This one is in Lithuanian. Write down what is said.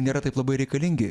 nėra taip labai reikalingi